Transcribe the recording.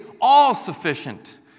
all-sufficient